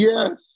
Yes